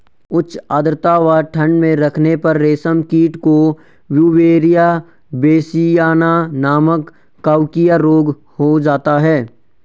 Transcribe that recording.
उच्च आद्रता व ठंड में रखने पर रेशम कीट को ब्यूवेरिया बेसियाना नमक कवकीय रोग हो जाता है